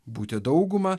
būti dauguma